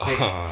ah ha